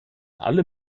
alle